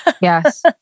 Yes